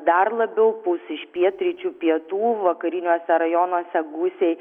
dar labiau pūs iš pietryčių pietų vakariniuose rajonuose gūsiai